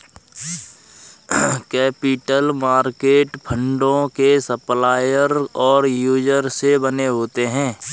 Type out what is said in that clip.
capital market फंडों के supplier और यूजर से बने होते हैं